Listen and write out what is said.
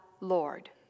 Lord